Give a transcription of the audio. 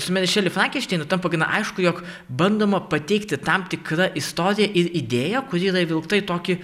su meri šeli frankenšteinu tampa gana aišku jog bandoma pateikti tam tikra istorija ir idėja kuri yra įvilkta į tokį